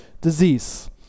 disease